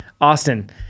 Austin